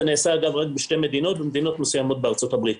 נעשה רק בשתי מדינות ומדינות מסוימות בארצות הברית,